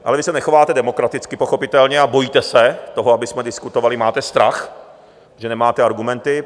Ale vy se nechováte demokraticky pochopitelně a bojíte se toho, abychom diskutovali, máte strach, že nemáte argumenty.